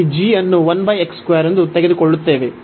ಈ g ಅನ್ನು ಎಂದು ತೆಗೆದುಕೊಳ್ಳುತ್ತೇವೆ